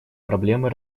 проблемы